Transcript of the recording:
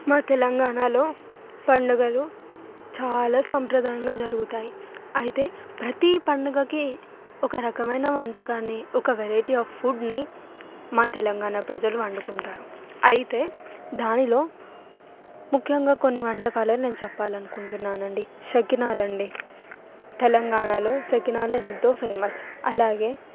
మా తెలంగాణలో పండుగలు చాలా సంప్రదాయంగా జరుగుతాయి అయితే ప్రతి పండుగకి ఒక రకమైన వంటకాన్ని ఒక వెరైటీ ఆఫ్ ఫుడ్ని మా తెలంగాణ ప్రజలు అందుకుంటారు అయితే దానిలో ముఖ్యంగా కొన్ని వంటకాలు నేను చెప్పాలని అకుంటున్నానండి సకినాలు అండి తెలంగాణలో సకినాలు ఎంతో ఫేమస్ అలాగే